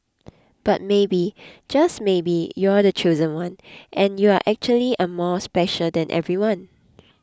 but maybe just maybe you're the chosen one and you actually are more special than everyone